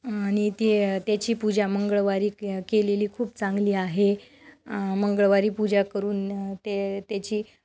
आणि ते त्याची पूजा मंगळवारी केलेली खूप चांगली आहे मंगळवारी पूजा करून ते त्याची